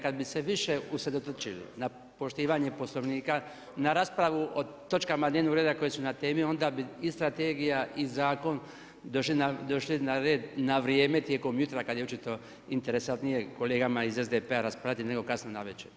Kada bi se više usredotočili na poštivanje Poslovnika, na raspravu o točkama dnevnog reda koje su na temi onda bi i strategija i zakon došli na red na vrijeme tijekom jutra kada je očito interesantnije kolegama iz SDP-a raspravljati nego kasno navečer.